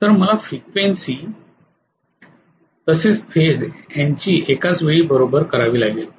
तर मला फ्रिक्वेन्सी तसेच फेज यांची एकाच वेळी बरोबरी करावी लागेल